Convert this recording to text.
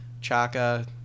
Chaka